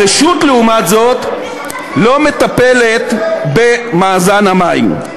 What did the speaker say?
הרשות, לעומת זאת, לא מטפלת במאזן המים.